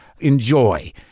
Enjoy